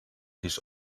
this